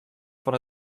fan